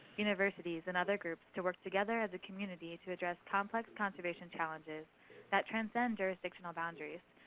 universities, and other groups to work together as a community to address complex conservation challenges that transcend jurisdictional boundaries,